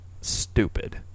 stupid